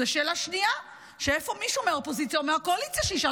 זו שאלה שנייה שאיפה מישהו מהאופוזיציה או מהקואליציה שישאל?